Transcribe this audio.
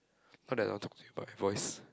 not that I don't want to talk to you but my voice